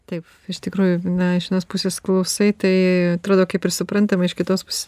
taip iš tikrųjų na iš vienos pusės klausai tai atrodo kaip ir suprantama iš kitos pusės